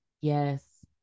yes